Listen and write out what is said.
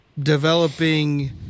developing